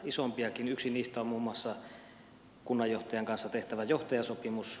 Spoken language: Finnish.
yksi niistä on muun muassa kunnanjohtajan kanssa tehtävä johtajasopimus